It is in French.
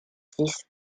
six